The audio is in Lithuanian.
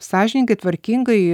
sąžiningai tvarkingai